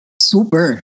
Super